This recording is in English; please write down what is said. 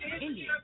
India